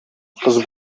кыз